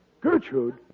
Gertrude